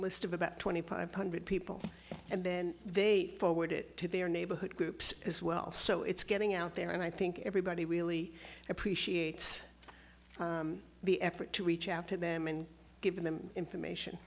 list of about twenty five hundred people and then they forward it to their neighborhood groups as well so it's getting out there and i think everybody really appreciates the effort to reach out to them and give them information